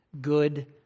Good